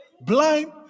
blind